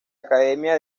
academia